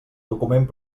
document